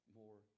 more